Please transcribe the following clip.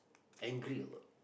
angry a lot